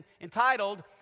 entitled